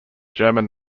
german